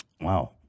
Wow